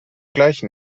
gleichen